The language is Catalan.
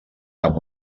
amb